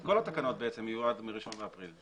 אז כל התקנות בעצם יהיו מ-1 באפריל.